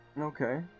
Okay